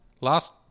last